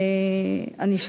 אני,